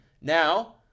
now